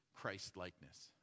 Christ-likeness